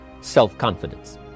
self-confidence